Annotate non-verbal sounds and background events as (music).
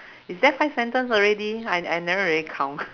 is that five sentence already I I never really count (laughs)